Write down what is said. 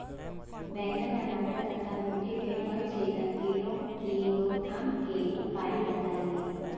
बैंगन टमाटर तथा भिन्डी में फलछेदक कीटों की रोकथाम के उपाय बताइए?